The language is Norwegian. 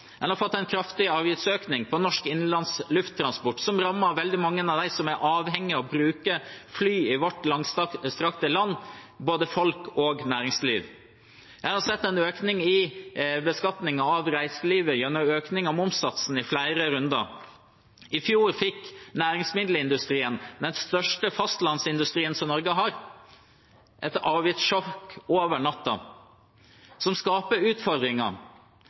en kraftig avgiftsøkning på norsk innenlands lufttransport, noe som rammer veldig mange av dem som er avhengige av å bruke fly i vårt langstrakte land, både folk og næringsliv. Vi har sett en økning i beskatningen av reiselivet gjennom økning av momssatsen i flere runder. I fjor fikk næringsmiddelindustrien, den største fastlandsindustrien Norge har, et avgiftssjokk over natten som skapte utfordringer.